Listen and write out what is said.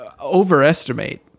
overestimate